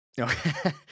Okay